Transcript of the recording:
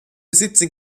siebzehn